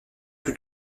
plus